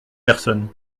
personnes